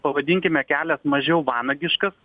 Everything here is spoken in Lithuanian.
pavadinkime kelias mažiau vanagiškas